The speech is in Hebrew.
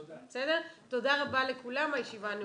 תודה רבה לכולם, הישיבה נעולה.